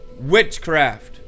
Witchcraft